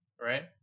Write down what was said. right